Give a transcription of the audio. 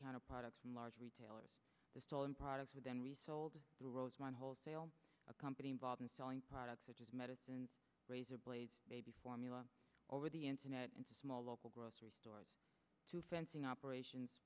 counter products from large retailers the stolen products with and resold through rosemont wholesale a company involved in selling products such as medicines razor blades baby formula over the internet and small local grocery stores to fencing operations